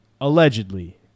allegedly